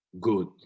good